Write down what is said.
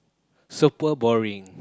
super boring